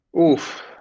Oof